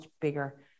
bigger